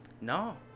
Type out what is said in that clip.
No